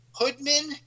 Hoodman